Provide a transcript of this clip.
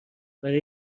برای